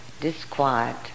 disquiet